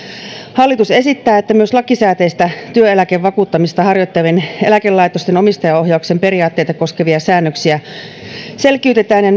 hallitus esittää että myös lakisääteistä työeläkevakuuttamista harjoittavien eläkelaitosten omistajaohjauksen periaatteita koskevia säännöksiä selkiytetään ja